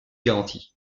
garantis